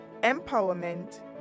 empowerment